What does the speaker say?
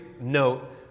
note